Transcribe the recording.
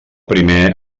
primer